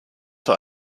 für